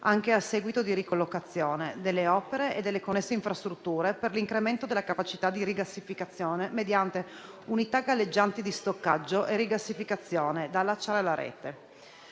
anche a seguito di ricollocazione, delle opere e delle connesse infrastrutture per l'incremento della capacità di rigassificazione mediante unità galleggianti di stoccaggio e rigassificazione da allacciare alla rete.